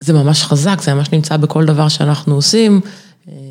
זה ממש חזק, זה ממש נמצא בכל דבר שאנחנו עושים.